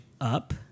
up